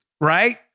right